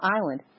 Island